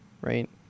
right